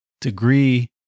degree